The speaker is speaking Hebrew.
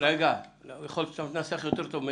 יכול להיות שאתה מתנסח יותר טוב ממני,